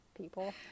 people